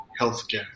healthcare